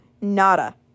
nada